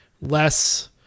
less